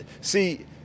See